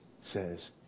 says